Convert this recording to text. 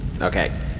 Okay